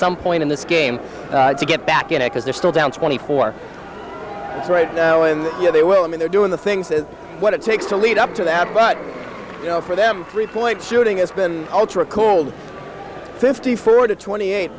some point in this game to get back in a because they're still down twenty four right now and yet they will i mean they're doing the things that what it takes to lead up to the ad but you know for them three point shooting has been ultra cold fifty four to twenty eight